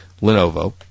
Lenovo